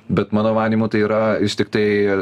bet mano manymu tai yra vis tiktai